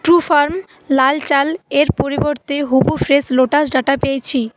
Trufarm লাল চালের পরিবর্তে হুভু ফ্রেশ লোটাস ডাটা পেয়েছি